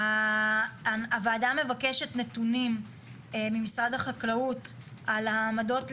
הוועדה מבקשת נתונים ממשרד החקלאות על העמדות לדין,